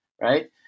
right